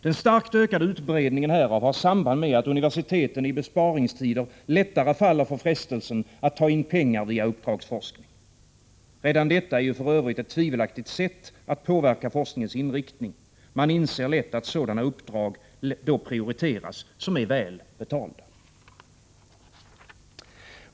Den starkt ökade utbredningen härav har samband med att universiteten i besparingstider lättare faller för frestelsen att ta in pengar via uppdragsforskning. Redan detta är ju för övrigt ett tvivelaktigt sätt att påverka forskningens inriktning — man inser lätt att sådana uppdrag, som är väl betalda, prioriteras.